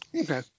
Okay